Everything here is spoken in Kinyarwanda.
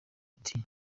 ati